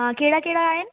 हा कहिड़ा कहिड़ा आहिनि